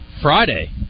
Friday